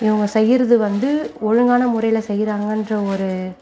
இவங்க செய்கிறது வந்து ஒழுங்கான முறையில் செய்கிறாங்கன்ற ஒரு